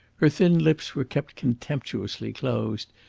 her thin lips were kept contemptuously closed,